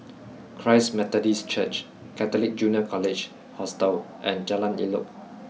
Christ Methodist Church Catholic Junior College Hostel and Jalan Elok